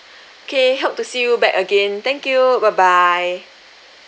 K hope to see you back again thank you bye bye